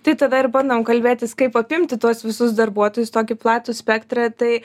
tai tada ir bandom kalbėtis kaip apimti tuos visus darbuotojus tokį platų spektrą tai